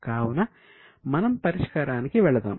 కావున మనం పరిష్కారానికి వెళ్దాం